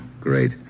great